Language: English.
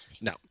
No